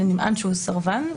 לנמען שהוא סרבן,